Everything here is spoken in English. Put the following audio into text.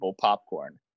popcorn